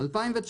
ב-2019